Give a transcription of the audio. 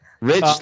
Rich